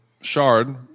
shard